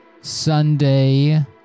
sunday